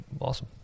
awesome